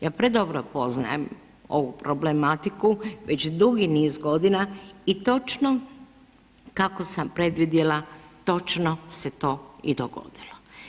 Ja predobro poznajem ovu problematiku, već dugi niz godina i točno kako sam predvidjela točno se to i dogodilo.